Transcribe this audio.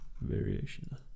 variation